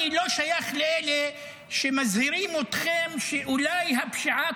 אני לא שייך לאלה שמזהירים אתכם שאולי הפשיעה